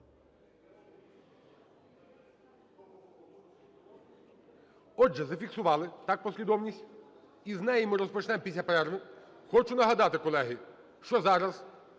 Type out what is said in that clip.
Отже, зафіксували таку послідовність. І з неї ми розпочнемо після перерви. Хочу нагадати, колеги, що зараз